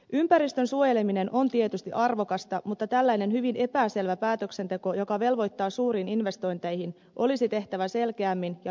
ympäristön suojeleminen on tietysti arvokasta mutta tällainen hyvin epäselvä päätöksenteko joka velvoittaa suuriin investointeihin olisi tehtävä selkeämmin ja pitkäjänteisemmin